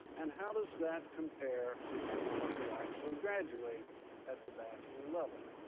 and how does that compare with the number who actually graduate at the bachelor level?